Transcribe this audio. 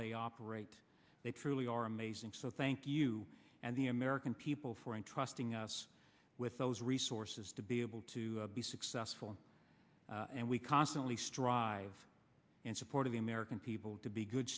they operate they truly are amazing so thank you and the american people for entrusting us with those resources to be able to be successful and we constantly strive in support of the american people to be good